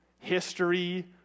History